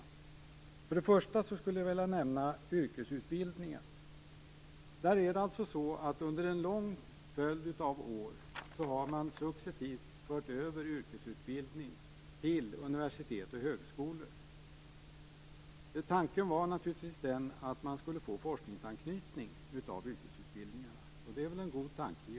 Till att börja med vill jag nämna yrkesutbildningen. Under en lång följd av år har man successivt fört över yrkesutbildning till universitet och högskolor. Tanken var naturligtvis den att man skulle få forskningsanknytning till yrkesutbildningarna. Det var i och för sig en god tanke.